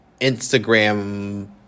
instagram